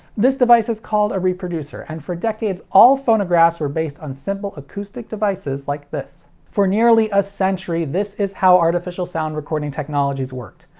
this device is called a reproducer, and for decades all phonographs were based on simple acoustic devices like this. for nearly a century, this is how artificial sound recording technologies worked.